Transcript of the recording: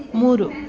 ಮೂರು